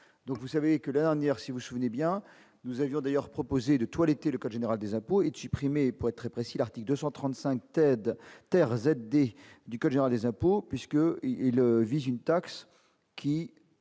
donc, vous savez que la dernière si vous souvenez bien, nous avions d'ailleurs proposé de toiletter le code général des impôts et supprimer pour être très précis : l'article 235 Ted Tairraz aidé du choléra des impôts puisque il vise une taxe qui.